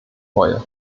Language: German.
reue